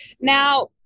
Now